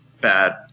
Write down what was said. bad